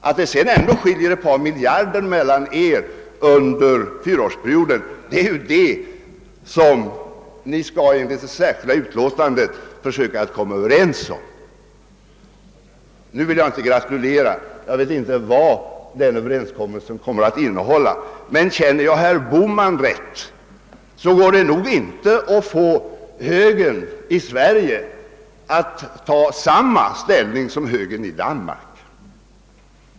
Att det sedan trots allt skiljer ett par miljarder mellan dem beträffande denna fyraårsperiod skall de ju enligt det särskilda yttrandet försöka komma överens om. Nu vill jag inte gratulera, ty jag vet inte vad överenskommelsen kommer att innehålla, men känner jag herr Bohman rätt går det nog inte att få högern i Sverige att ta samma ställning som högern i Danmark.